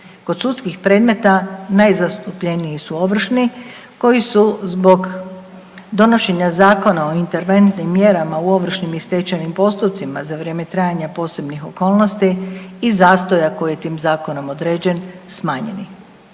Kod sudskih predmeta najzastupljeniji su ovršni, koji su zbog donošenja Zakona o interventnim mjerama u ovršnim i stečajnim postupcima za vrijeme trajanja posebnih okolnosti i zastoja koje je tim zakonom određen, smanjeni.